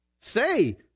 Say